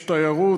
יש תיירות,